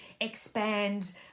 expand